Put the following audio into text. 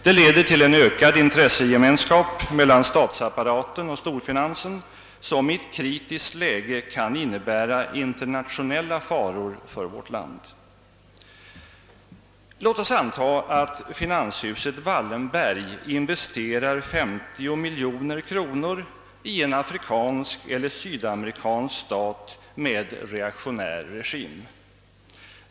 Det leder till en ökad intressegemenskap mellan statsapparaten och storfinansen, som i ett kritiskt läge kan innebära internationella faror för vårt land. Låt oss anta att finanshuset "Wallenberg investerar 50 miljoner kronor i en afrikansk eller sydamerikansk stat med reaktionär regim.